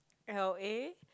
L_A